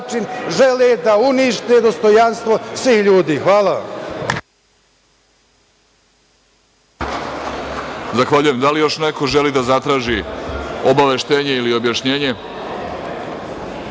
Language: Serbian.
žele da unište dostojanstvo svih ljudi. Hvala